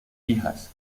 hijas